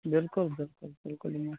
بِلکُل بِلکُل بِلکُل